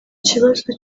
kibazo